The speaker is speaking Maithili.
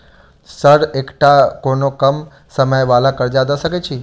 सर एकटा कोनो कम समय वला कर्जा दऽ सकै छी?